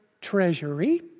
treasury